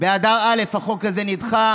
באדר א' החוק הזה נדחה